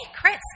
Chris